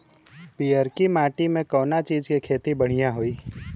पियरकी माटी मे कउना चीज़ के खेती बढ़ियां होई?